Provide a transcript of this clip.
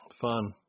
fun